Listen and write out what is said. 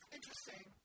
Interesting